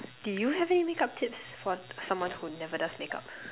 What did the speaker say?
do you have any makeup tips for someone who never does makeup